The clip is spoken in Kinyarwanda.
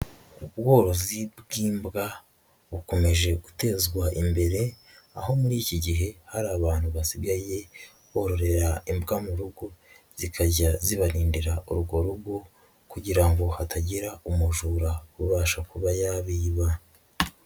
Ubwobaro bw'ibwa bukomeje gutezwa imbere, aho muri iki gihe, hari abantu basigaye bororera imbwa mu rugo, zikajya zibarindira urwo rugo, kugira ngo hatagira umujura ubasha kuba yabiba.